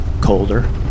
colder